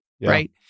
right